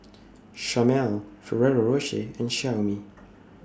Chomel Ferrero Rocher and Xiaomi